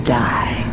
die